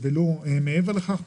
לא מעבר לכך.